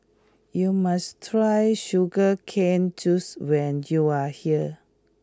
you must try Sugar Cane Juice when you are here